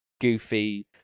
goofy